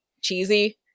cheesy